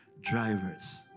drivers